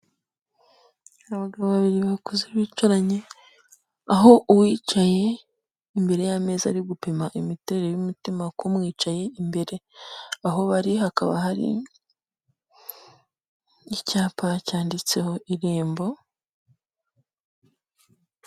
Abagabo babiri bakuze bicaranye aho uwicaye imbere y'ameza ari gupima imiterere y'umutima k'umwicaye imbere aho bari hakaba hari icyapa cyanditseho irembo.